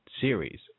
series